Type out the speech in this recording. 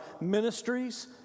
ministries